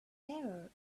error